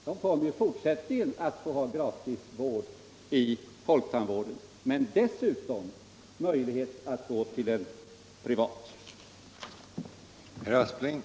De kommer i fortsättningen att få gratis vård inom folktandvården men har dessutom möjlighet att gå till en privat tandliäkare.